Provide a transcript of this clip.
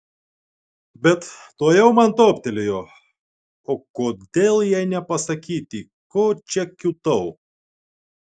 bet tuojau man toptelėjo o kodėl jai nepasakyti ko čia kiūtau